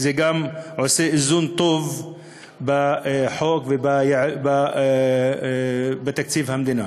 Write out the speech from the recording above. גם עושה איזון טוב בחוק ובתקציב המדינה.